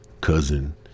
Cousin